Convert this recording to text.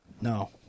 No